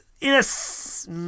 Yes